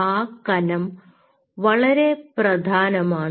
ആ കനം വളരെ പ്രധാനമാണ്